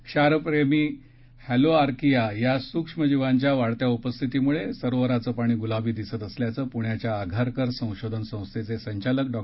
क्षारप्रेमी haloarchaea या सूक्ष्मजीवांच्या वाढत्या उपस्थितीमुळे सरोवराचं पाणी गुलाबी दिसत असल्याचं पुण्याच्या आघारकर संशोधन संस्थेचे संचालन डॉ